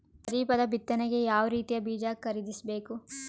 ಖರೀಪದ ಬಿತ್ತನೆಗೆ ಯಾವ್ ರೀತಿಯ ಬೀಜ ಖರೀದಿಸ ಬೇಕು?